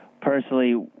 personally